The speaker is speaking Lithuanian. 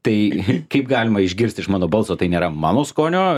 tai kaip galima išgirsti iš mano balso tai nėra mano skonio